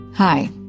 Hi